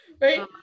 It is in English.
Right